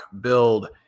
build